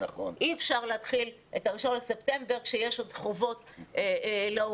אי אפשר להתחיל את ה-1 בספטמבר כשיש עוד חובות להורים.